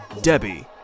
Debbie